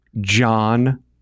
john